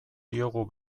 diogu